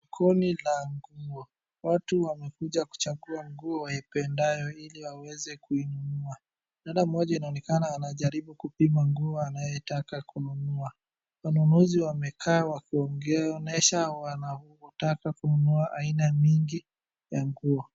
Kundi la watu wamekuja kuchagua nguo waipendayo ili waweze kuinunua. Dada mmoja inaonekana anajaribu kupima nguo anayoitaka kununua. Wanunuzi wamekaa wakionyesha wanataka kununua aina mingi, ya nguo.